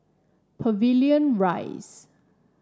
Pavilion Rise